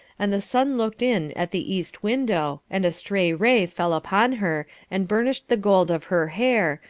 and the sun looked in at the east window, and a stray ray fell upon her, and burnished the gold of her hair,